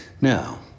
Now